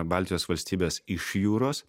baltijos valstybes iš jūros